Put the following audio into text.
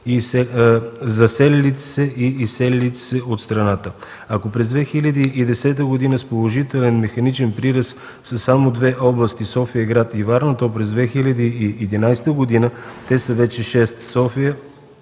заселилите и изселилите се от страната. Ако през 2010 г. с положителен механичен прираст са само две области – София-град и Варна, то през 2011 г. те са вече шест